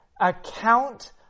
account